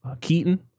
Keaton